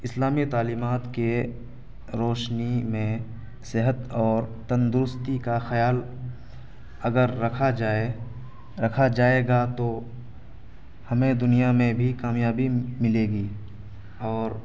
اسلامی تعلیمات کے روشنی میں صحت اور تندرستی کا خیال اگر رکھا جائے رکھا جائے گا تو ہمیں دنیا میں بھی کامیابی ملے گی اور